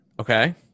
Okay